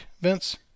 Vince